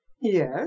Yes